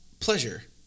pleasure